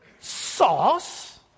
Sauce